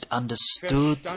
understood